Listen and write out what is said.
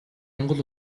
монгол